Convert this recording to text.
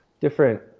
different